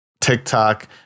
tiktok